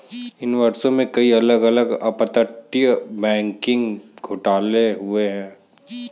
इन वर्षों में, कई अलग अलग अपतटीय बैंकिंग घोटाले हुए हैं